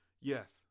Yes